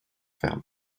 ferme